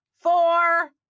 four